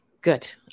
Good